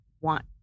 want